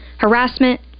Harassment